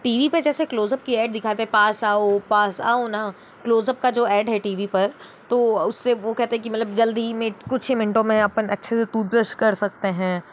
TV पे जैसे close up की ऐड दिखाते हैं पास आओ पास आओ ना क्लोज़ अप का जो ऐड है टीवी पर तो उससे वो कहते हैं कि मतलब जल्दी में कुछ ही मिनटों में अपन अच्छे से टूथब्रश कर सकते हैं